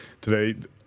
today